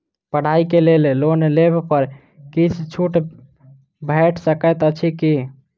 पढ़ाई केँ लेल लोन लेबऽ पर किछ छुट भैट सकैत अछि की?